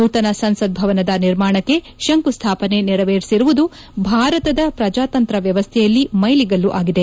ನೂತನ ಸಂಸತ್ ಭವನದ ನಿರ್ಮಾಣಕ್ಕೆ ಶಂಕು ಸ್ನಾಪನೆ ನೇರವೇರಿಸಿರುವುದು ಭಾರತದ ಪ್ರಜಾತಂತ್ರ ವ್ಯವಸ್ಥೆಯಲ್ಲಿ ಮೈಲಿಗಲ್ಲು ಆಗಿದೆ